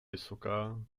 vysoká